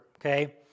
okay